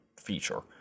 feature